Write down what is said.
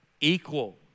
Equal